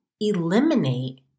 eliminate